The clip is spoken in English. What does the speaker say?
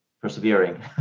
persevering